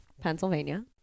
pennsylvania